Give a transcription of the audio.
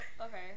okay